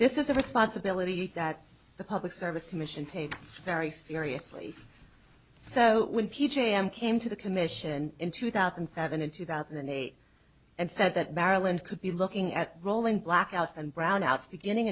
this is a responsibility that the public service commission takes very seriously so when p j am came to the commission in two thousand and seven and two thousand and eight and said that maryland could be looking at rolling blackouts and brownouts beginning